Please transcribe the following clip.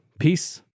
Peace